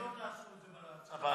הוא ביקש בצוואה